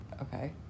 Okay